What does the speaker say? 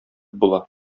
була